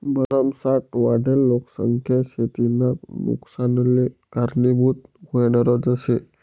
भरमसाठ वाढेल लोकसंख्या शेतीना नुकसानले कारनीभूत व्हनारज शे